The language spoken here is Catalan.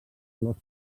flors